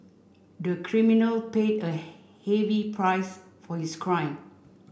the criminal paid a heavy price for his crime